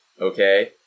okay